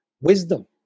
wisdom